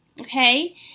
Okay